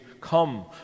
come